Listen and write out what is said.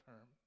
term